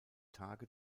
tage